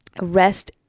rest